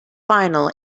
final